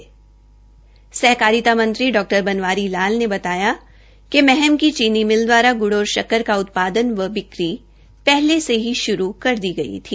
यह जानकारी देते हये सहकारिता मंत्री डा बनवारी लाल ने कहा कि महम की चीनी मिल दवारा गुड़ और शक्कर का उत्पादन व बिक्री पहले से ही शुरू कर दी गई थी